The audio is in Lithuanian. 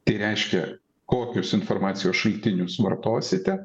tai reiškia kokius informacijos šaltinius vartosite